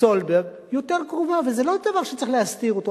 סולברג יותר קרובה, וזה לא דבר שצריך להסתיר אותו.